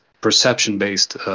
perception-based